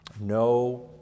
no